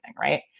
right